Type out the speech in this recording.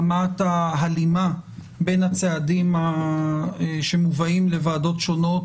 רמת ההלימה בין הצעדים שמובאים לוועדות שונות